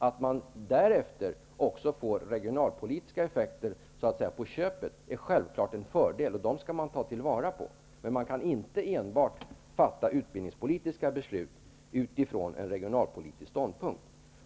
Att det därefter blir regionalpolitiska effekter på köpet är självklart en fördel. De effekterna skall tas till vara. Men det går inte att fatta utbildningspolitiska beslut enbart från en regionalpolitisk ståndpunkt.